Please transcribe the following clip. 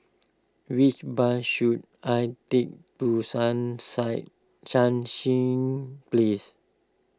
which bus should I take to Sun Sai Sunshine Place